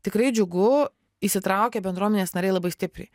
tikrai džiugu įsitraukia bendruomenės nariai labai stipriai